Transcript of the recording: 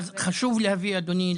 אז חשוב להביא אדוני,